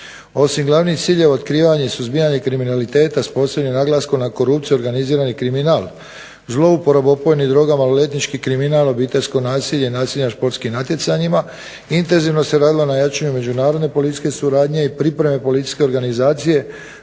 Osim glavnih ciljeva otkrivanje i suzbijanje kriminaliteta s posebnim naglaskom na korupciju i organizirani kriminal, zlouporabu opojnim drogama, maloljetnički kriminal, obiteljsko nasilje, nasilje na športskim natjecanjima. Intenzivno se radilo na jačanju međunarodne policijske suradnje i pripreme policijske organizacije